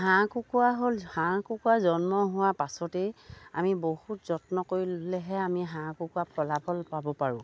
হাঁহ কুকুৰা হ'ল হাঁহ কুকুৰা জন্ম হোৱাৰ পাছতেই আমি বহুত যত্ন কৰিলেহে আমি হাঁহ কুকুৰা ফলাফল পাব পাৰোঁ